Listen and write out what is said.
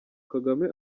kagame